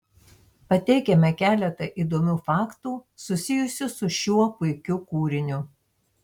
pateikiame keletą įdomių faktų susijusių su šiuo puikiu kūriniu